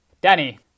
Danny